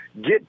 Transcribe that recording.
get